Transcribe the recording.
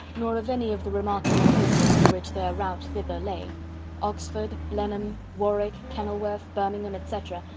nor of any of the remarkable places through which their route thither lay oxford, blenheim, warwick, kenilworth, birmingham, etc.